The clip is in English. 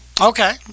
Okay